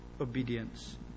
obedience